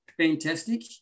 fantastic